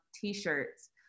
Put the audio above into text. t-shirts